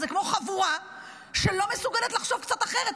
זה כמו חבורה שלא מסוגלת לחשוב קצת אחרת.